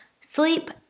sleep